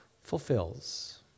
fulfills